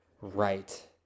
right